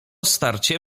starcie